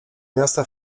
miasta